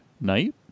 night